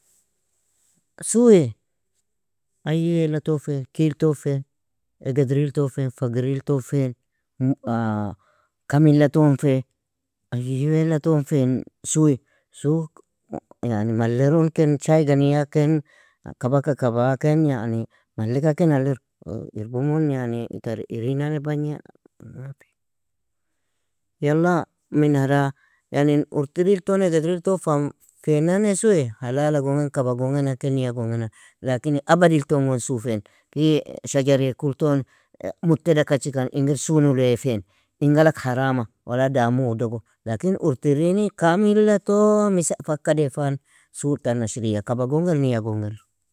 Suuie, ayyeala ton fe, tiel ton fe, egedriel ton fe, fagril ton fe, kamila ton fe, ayyeala ton fen suuie, suug yani mallerun ken shayga nia, ken kabaka kaba, ken yani malleka ken allir, irbumun yani tar irinane bagnie مافي, yala minara? Yani in urtiril ton egedril ton fam_ feanane suuie halala gon gen, kaba gon gena, ken nia gon gena, lakin, abadil ton gon suu fen, fi shajar eakul ton muteda kachikan ingar suu nuley fen, in galag harama, wala damu udogo, lakini urtiri ni kamilato misa_faka defan, suutan ashriya kaba gonge niya gongelu.